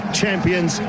champions